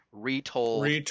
retold